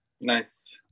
Nice